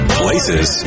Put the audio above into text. places